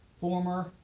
former